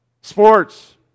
Sports